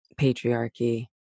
patriarchy